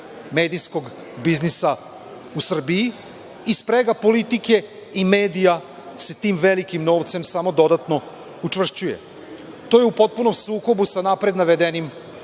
medijskog biznisa u Srbiji i sprega politike i medija se tim velikim novcem samo učvršćuje. To je u potpunom sukobu sa napred navedenim